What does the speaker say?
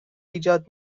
ایجاد